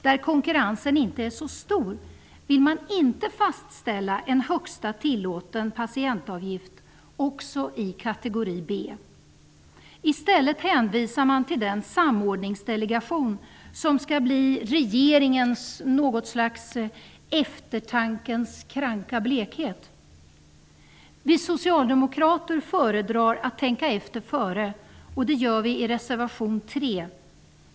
Där konkurrensen inte är så stor vill man inte fastställa en högsta tillåten patientavgift också i kategori B. I stället hänvisar man till den samordningsdelegation som skall bli regeringens något slags ''eftertankens kranka blekhet''. Vi socialdemokrater föredrar att tänka efter före, och det gör vi i reservation 3.